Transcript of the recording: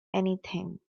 anything